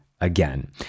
again